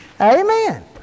Amen